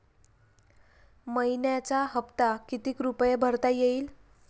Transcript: मइन्याचा हप्ता कितीक रुपये भरता येईल?